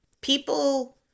people